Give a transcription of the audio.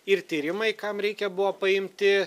ir tyrimai kam reikia buvo paimti